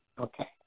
Okay